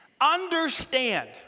Understand